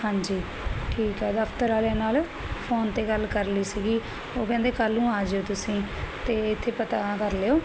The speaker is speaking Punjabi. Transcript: ਹਾਂਜੀ ਠੀਕ ਹੈ ਦਫਤਰ ਵਾਲਿਆਂ ਨਾਲ ਫੋਨ ਤੇ ਗੱਲ ਕਰ ਲਈ ਸੀ ਉਹ ਕਹਿੰਦੇ ਕੱਲ ਨੂੰ ਆ ਜਾਓ ਤੁਸੀਂ ਤੇ ਇਥੇ ਪਤਾ ਕਰ ਲਿਓ